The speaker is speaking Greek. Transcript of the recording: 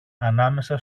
ανάμεσα